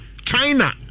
China